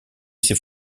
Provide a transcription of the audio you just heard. ses